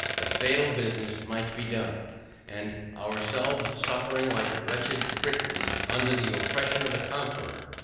the fatal business might be done and ourselves suffering like the wretched britons under the oppression of the conqueror.